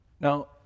Now